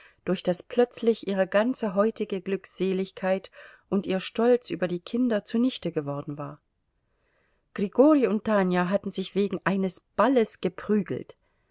durch das plötzlich ihre ganze heutige glückseligkeit und ihr stolz über die kinder zunichte geworden war grigori und tanja hatten sich wegen eines balles geprügelt